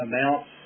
Amounts